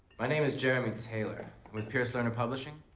my name is jeremy taylor. i'm with pearce learner publishing.